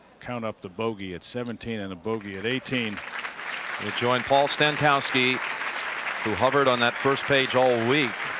count up the bogey at seventeen and a bogey at eighteen. the joint paul stankowski who hovered on that first page all week